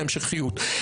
להמשכיות.